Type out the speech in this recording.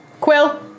Quill